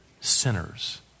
sinners